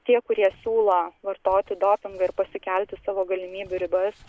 tie kurie siūlo vartoti dopingą ir pasikelti savo galimybių ribas